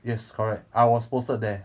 yes correct I was posted there